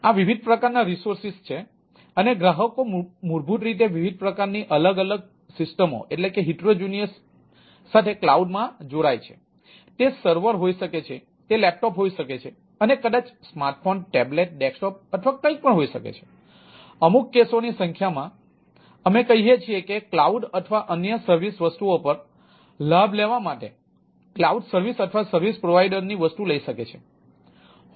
તેથી આ વિવિધ પ્રકારના રિસોર્સ છે અને ગ્રાહકો મૂળભૂત રીતે વિવિધ પ્રકારની અલગ અલગ સિસ્ટમો ની વસ્તુ લઈ શકે છે